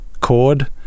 chord